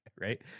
right